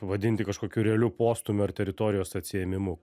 vadinti kažkokiu realiu postūmiu ar teritorijos atsiėmimu